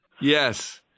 Yes